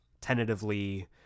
tentatively